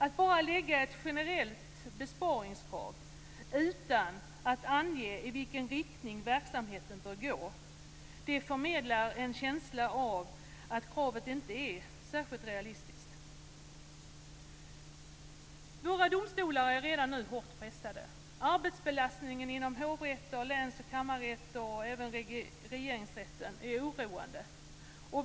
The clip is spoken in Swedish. Att bara lägga ett generellt besparingskrav utan att ange i vilken riktning verksamheten bör gå förmedlar en känsla av att kravet inte är särskilt realistiskt. Våra domstolar är redan nu hårt pressade. Arbetsbelastningen inom hovrätter, läns och kammarrätter och även Regeringsrätten är oroande.